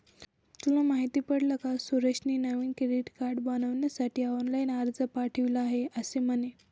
तुला माहित पडल का सुरेशने नवीन क्रेडीट कार्ड बनविण्यासाठी ऑनलाइन अर्ज पाठविला आहे म्हणे